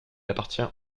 appartient